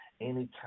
anytime